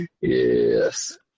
Yes